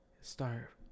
Start